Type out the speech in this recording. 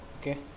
Okay